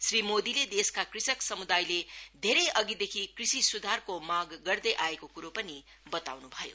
श्री मोदीले देशका कृषक सम्दायले धेरै अधिदेखि कृषि सुधारको माग गर्दै आएको कुरो पनि बताउनु भयो